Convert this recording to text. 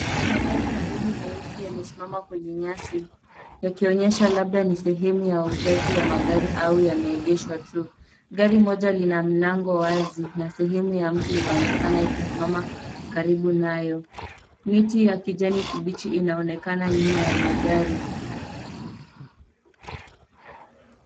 Magari mawili meusi yamesimama kwenye nyasi yakionyesha labda ni sehemu ya wauzaji wa magari au yameegeshwa tu. Gari moja lina mlango wazi na sehemu ya mtu inaonekana ikisimama karibu nayo. Miti ya kijani kibichi inaonekana nyuma ya magari.